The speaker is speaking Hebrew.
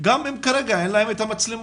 גם אם כרגע אין להם את המצלמות,